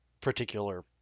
particular